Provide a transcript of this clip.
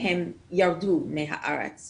משפחות שירדו מהארץ